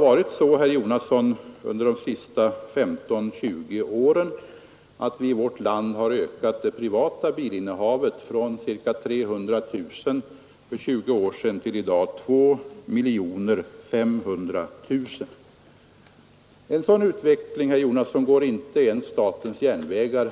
Antalet privatbilar har ökat från ca 400 000 för 20 år sedan till 2 500 000 i dag. En sådan utveckling kan inte undgå att påverka statens järnvägar